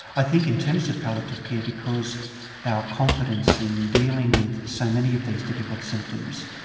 i think in terms of palliative care because our confidence in dealing with so many of these difficult symptoms,